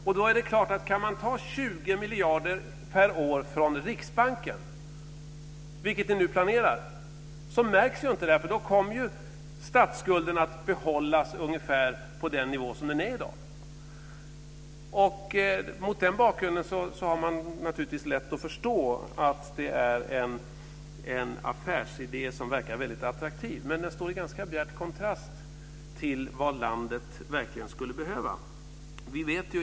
Om man kan ta 20 miljarder per år från Riksbanken, vilket ni nu planerar, märks ju inte det. Då kommer statsskulden att behållas ungefär på den nivå där den är i dag. Mot den bakgrunden har man lätt att förstå att det är en affärsidé som verkar attraktiv. Men den står i bjärt kontrast till vad landet verkligen skulle behöva.